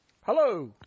Hello